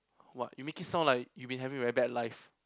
!wah! you make it sound like you been having a very bad life